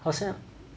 好像